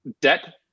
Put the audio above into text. debt